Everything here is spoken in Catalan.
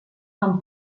fan